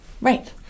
Right